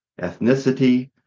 ethnicity